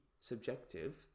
subjective